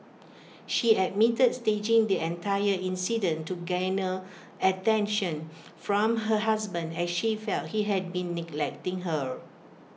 she admitted staging the entire incident to garner attention from her husband as she felt he had been neglecting her